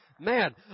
man